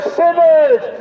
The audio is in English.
sinners